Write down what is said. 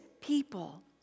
people